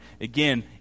again